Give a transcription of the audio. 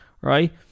right